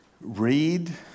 read